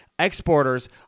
exporters